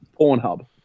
Pornhub